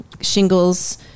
shingles